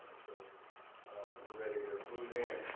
so we're ready to move in.